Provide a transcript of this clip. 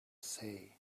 say